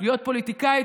להיות פוליטיקאית,